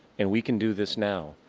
and we can do this now,